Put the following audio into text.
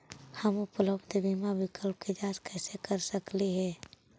हम उपलब्ध बीमा विकल्प के जांच कैसे कर सकली हे?